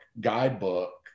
guidebook